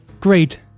great